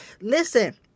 Listen